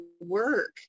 work